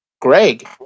Greg